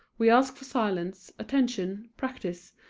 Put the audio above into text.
we ask for silence, attention, practice,